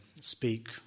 speak